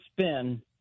spin